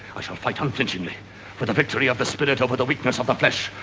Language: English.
i shall fight unflinchingly for the victory of the spirit over the weakness of the flesh.